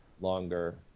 longer